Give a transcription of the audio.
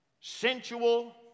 sensual